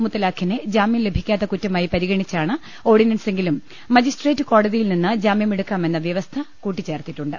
മുത്തലാഖിനെ ജാമ്യം ലഭിക്കാത്ത കുറ്റമായി പരിഗണിച്ചാണ് ഓർഡിനൻസെങ്കിലും മജിസ്ട്രേറ്റ് കോടതിയിൽനിന്ന് ജാമ്യമെടുക്കാമെന്ന വ്യവസ്ഥ കൂട്ടിച്ചേർത്തിട്ടുണ്ട്